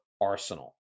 Arsenal